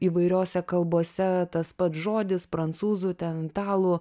įvairiose kalbose tas pats žodis prancūzų ten italų